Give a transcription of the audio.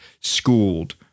schooled